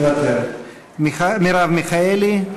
מוותרת, מרב מיכאלי?